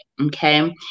Okay